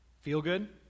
feel-good